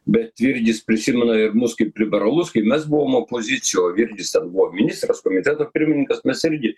bet virgis prisimena ir mus kaip liberalus kai mes buvom opozicijoj o virgis ten buvo ministras komiteto pirmininkas mes irgi